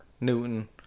Newton